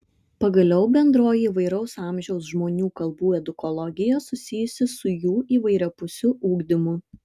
pagaliau bendroji įvairaus amžiaus žmonių kalbų edukologija susijusi su jų įvairiapusiu ugdymu